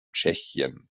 tschechien